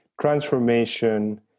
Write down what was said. transformation